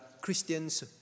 Christian's